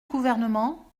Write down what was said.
gouvernement